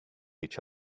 each